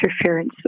interference